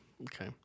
Okay